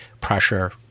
pressure